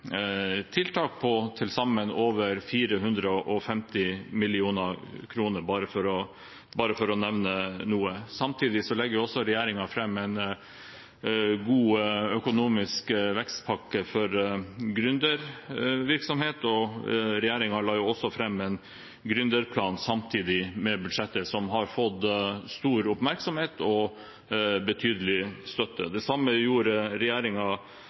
tiltak på til sammen over 450 mill. kr – bare for å nevne noe. Samtidig legger regjeringen fram en god økonomisk vekstpakke for gründervirksomhet, og regjeringen la også fram en gründerplan samtidig med budsjettet, som har fått stor oppmerksomhet og betydelig støtte. Det samme gjorde